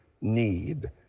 need